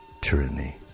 tyranny